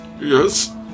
Yes